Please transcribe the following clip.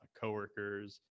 coworkers